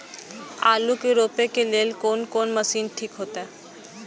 आलू के रोपे के लेल कोन कोन मशीन ठीक होते?